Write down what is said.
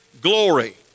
glory